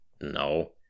no